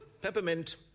peppermint